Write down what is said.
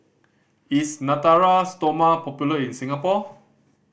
is Natura Stoma popular in Singapore